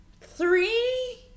Three